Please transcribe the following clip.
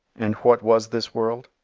and what was this world?